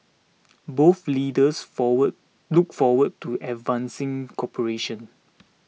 both leaders forward look forward to advancing cooperation